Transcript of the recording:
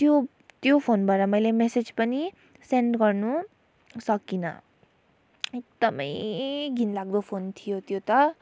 त्यो त्यो फोनबाट मैले मेसेज पनि सेन्ड गर्नु सकिनँ एकदमै घिनलाग्दो फोन थियो त्यो त